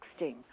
texting